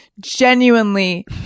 genuinely